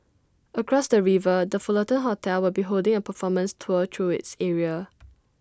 across the river the Fullerton hotel will be holding A performance tour through its area